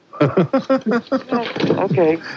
Okay